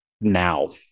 now